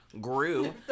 grew